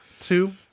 two